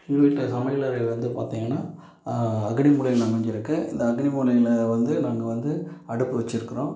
எங்கள் வீட்டில சமையலறையில் வந்து பார்த்தீங்கன்னா அக்கினி மூலையில் அமைஞ்சிருக்கு இந்த அக்கினி மூலையில் வந்து நாங்கள் வந்து அடுப்பு வச்சிருக்கறோம்